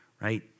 right